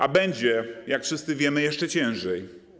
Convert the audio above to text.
A będzie, jak wszyscy wiemy, jeszcze ciężej.